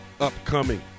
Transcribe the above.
upcoming